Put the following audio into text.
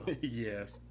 Yes